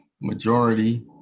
majority